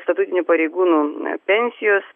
statutinių pareigūnų pensijos